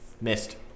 Missed